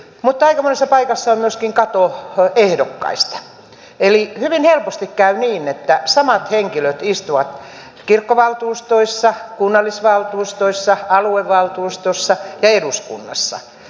mutta aika monessa paikassa on myöskin kato ehdokkaista eli hyvin helposti käy niin että samat henkilöt istuvat kirkkovaltuustoissa kunnallisvaltuustoissa aluevaltuustossa ja eduskunnassa